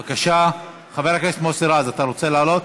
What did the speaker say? בבקשה, חבר הכנסת מוסי רז, אתה רוצה לעלות?